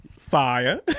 fire